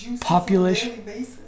population